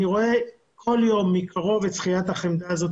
אני רואה כל יום מקרוב את שכיית החמדה הזאת